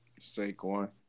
Saquon